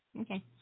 Okay